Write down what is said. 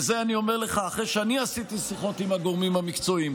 ואת זה אני אומר לך אחרי שאני עשיתי שיחות עם הגורמים המקצועיים,